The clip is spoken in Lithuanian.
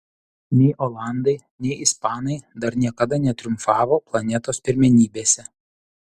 nei olandai nei ispanai dar niekada netriumfavo planetos pirmenybėse